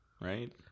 right